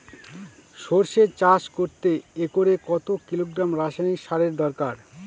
সরষে চাষ করতে একরে কত কিলোগ্রাম রাসায়নি সারের দরকার?